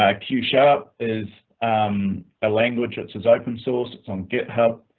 ah q sharp is a language that says open source on github.